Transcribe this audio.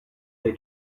they